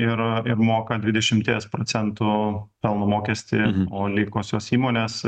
ir ir moka dvidešimties procentų pelno mokestį o likusios įmonės